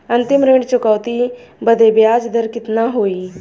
अंतिम ऋण चुकौती बदे ब्याज दर कितना होई?